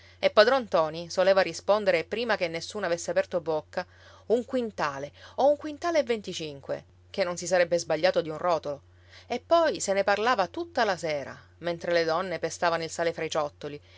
e padron ntoni soleva rispondere prima che nessuno avesse aperto bocca un quintale o un quintale e venticinque che non si sarebbe sbagliato di un rotolo e poi se ne parlava tutta la sera mentre le donne pestavano il sale fra i ciottoli